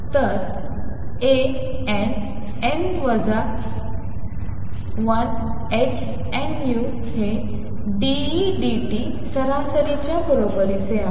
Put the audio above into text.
तर a n n वजा 1 h nu हे d E d t सरासरीच्या बरोबरीचे आहे